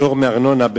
פטור מארנונה.